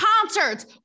concerts